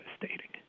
devastating